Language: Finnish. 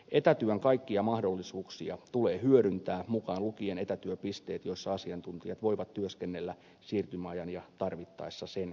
etätyön kaikkia mahdollisuuksia tulee hyödyntää mukaan lukien etätyöpisteet joissa asiantuntijat voivat työskennellä siirtymäajan ja tarvittaessa sen jälkeenkin